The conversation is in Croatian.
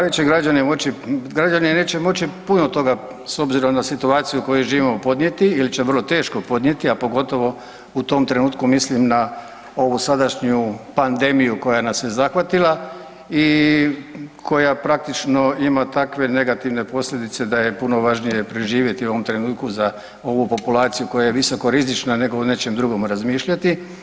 Da li će građani moći, građani neće moći puno toga s obzirom na situaciju u kojoj živimo podnijeti ili će vrlo teško podnijeti a pogotovo u tom trenutku mislim na ovu sadašnju pandemiju koja nas je zahvatila i koja praktično ima takve negativne posljedice da je puno važnije preživjeti u ovom trenutku za ovu populaciju koja je visoko rizična nego o nečem drugom razmišljati.